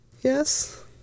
Yes